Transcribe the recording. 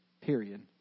Period